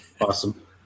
Awesome